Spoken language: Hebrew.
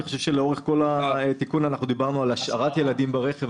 לאורך כל התיקון דיברנו על השארת ילדים ברכב.